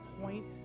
point